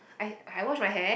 I I wash my hair